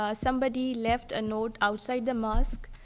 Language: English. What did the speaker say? ah somebody left a note outside the mosque,